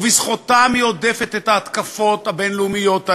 ובזכותם היא הודפת את ההתקפות הבין-לאומיות עליה,